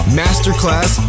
masterclass